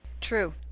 True